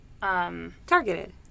Targeted